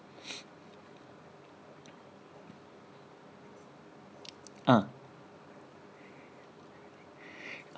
ah